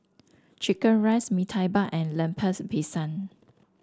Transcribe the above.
Chicken Rice Mee Tai Mak and Lemper's Pisang